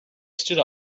stood